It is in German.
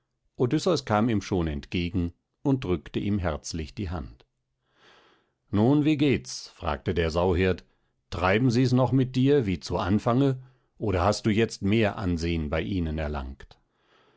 odysseus kam ihm schon entgegen und drückte ihm herzlich die hand nun wie geht's fragte der sauhirt treiben sie's noch mit dir wie zu anfange oder hast du jetzt mehr ansehn bei ihnen erlangt